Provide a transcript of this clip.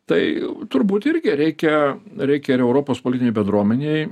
tai turbūt irgi reikia reikia ir europos politinei bendruomenei